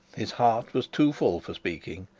his heart was too full for speaking,